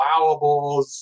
allowables